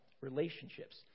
relationships